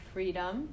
freedom